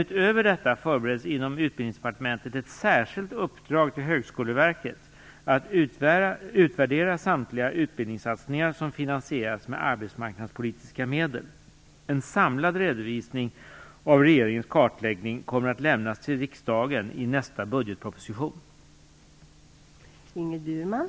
Utöver detta förbereds inom Utbildningsdepartementet ett särskilt uppdrag till Högskoleverket att utvärdera samtliga utbildningssatsningar som finansierats med arbetsmarknadspolitiska medel. En samlad redovisning av regeringens kartläggning kommer att lämnas till riksdagen i nästa budgetproposition. Då Britt-Marie Danestig-Olofsson, som framställt frågan, anmält att hon var förhindrad att närvara vid sammanträdet, medgav andre vice talmannen att Ingrid Burman i stället fick delta i överläggningen.